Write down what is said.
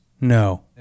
No